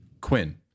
Quinn